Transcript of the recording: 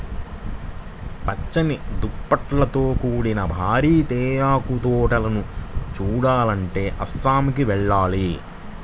పచ్చని దుప్పట్లతో కూడిన భారీ తేయాకు తోటలను చూడాలంటే అస్సాంకి వెళ్ళాలి